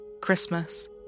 Christmas